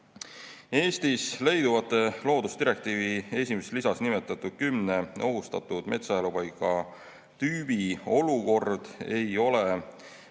Eestis leiduvate, loodusdirektiivi esimeses lisas nimetatud kümne ohustatud metsaelupaigatüübi olukord ei ole